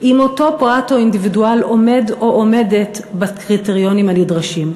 אם אותו פרט או אינדיבידואל עומד או עומדת בקריטריונים הנדרשים.